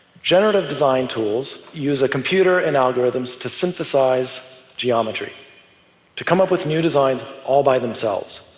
generative design tools use a computer and algorithms to synthesize geometry to come up with new designs all by themselves.